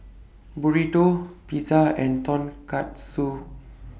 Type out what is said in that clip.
Burrito Pizza and Tonkatsu